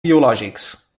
biològics